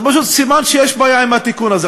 אז זה פשוט סימן שיש בעיה עם התיקון הזה.